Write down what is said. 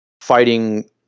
fighting